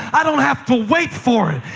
i don't have to wait for it.